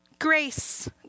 Grace